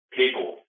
people